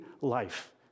life